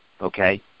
okay